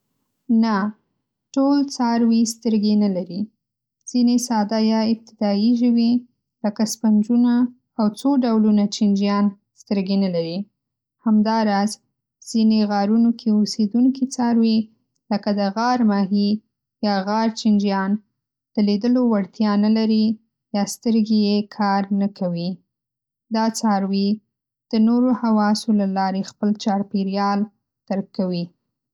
نه، ټول څاروي سترګې نه لري. ځینې ساده یا ابتدايي ژوي، لکه سپنجونه او څو ډولونه چینجیان، سترګې نه لري. همداراز، ځینې غارونو کې اوسېدونکي څاروي، لکه د غار ماهي یا غار چینجیان، د لیدلو وړتیا نه لري یا سترګې یې کار نه کوي. دا څاروي د نورو حواسو له لارې خپل چاپېریال درک کوي.